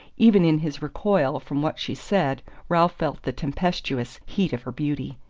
even in his recoil from what she said ralph felt the tempestuous heat of her beauty.